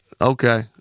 Okay